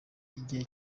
igihe